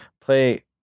Play